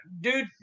dude